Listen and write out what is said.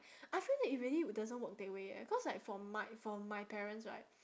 I feel that it really doesn't work that way eh cause like for my for my parents right